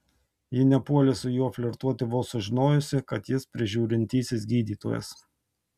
ji nepuolė su juo flirtuoti vos sužinojusi kad jis prižiūrintysis gydytojas